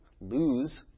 lose